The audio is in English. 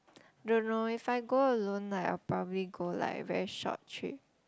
don't know if I go alone like I'll probably go like a very short trip